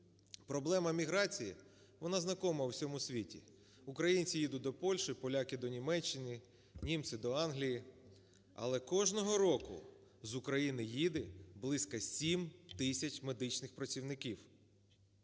Проблема міграції, вона знайома у всьому світі, українці їдуть до Польщі, поляки до Німеччини, німці до Англії, але кожного року з України їде близько 7 тисяч медичних працівників.